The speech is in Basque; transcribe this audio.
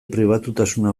pribatutasuna